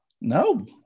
No